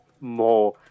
more